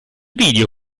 video